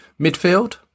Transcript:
Midfield